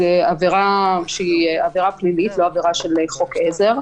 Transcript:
עבירה פלילית ועבירה על חוק עזר.